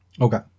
Okay